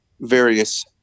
various